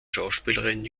schauspielerin